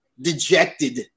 dejected